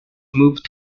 moved